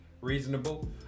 reasonable